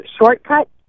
shortcut